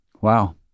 Wow